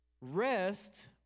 rest